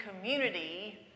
community